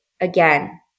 Again